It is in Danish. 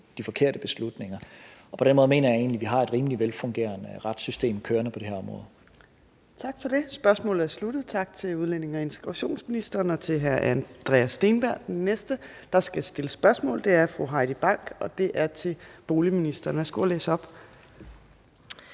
de forkerte beslutninger er truffet. På den måde mener jeg egentlig vi har et rimelig velfungerende retssystem kørende på det her område. Kl. 14:35 Fjerde næstformand (Trine Torp): Tak for det. Hermed er spørgsmålet sluttet. Tak til udlændinge- og integrationsministeren og til hr. Andreas Steenberg. Den næste, der skal stille spørgsmål, er fru Heidi Bank, og det er til boligministeren. Kl. 14:36 Spm. nr.